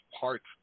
parts